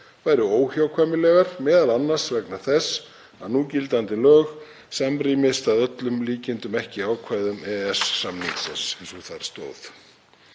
væru óhjákvæmilegar, m.a. vegna þess að núgildandi lög samrýmist að öllum líkindum ekki ákvæðum EES-samningsins eins og þar stóð.